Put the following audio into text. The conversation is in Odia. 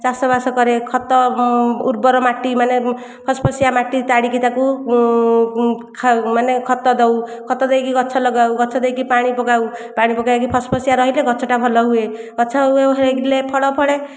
ଚାଷବାସ କରେ ଖତ ଉର୍ବର ମାଟି ମାନେ ଫସଫସିଆ ମାଟି ତାଡିକି ତାକୁ ମାନେ ଖତ ଦଉ ଖତ ଦେଇକି ଗଛ ଲଗାଉ ଗଛ ଲଗାଇ ପାଣି ପକାଉ ପାଣି ପକେଇକି ଫସଫସିଆ ରହିଲେ ଗଛ ଭଲ ହୁଏ ଗଛ ହେଲେ ଫଳ ଫଳେ